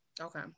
Okay